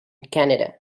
canada